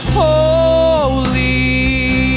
holy